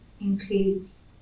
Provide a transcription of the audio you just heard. includes